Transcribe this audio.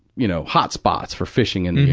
you know, hot spots for fishing in the